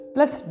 Plus